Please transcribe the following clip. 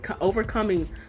overcoming